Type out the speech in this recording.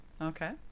Okay